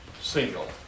single